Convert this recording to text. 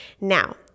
Now